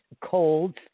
colds